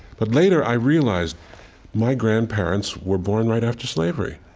but later i realized my grandparents were born right after slavery.